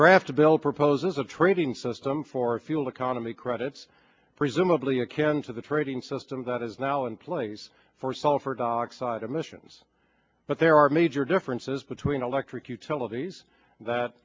draft a bill proposes a trading system for fuel economy credits presumably akin to the trading system that is now in place for sulfur dioxide emissions but there are major differences between electric utilities that